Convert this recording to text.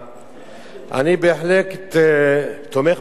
אני תומך בהחלט בהצעת החוק.